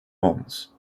mons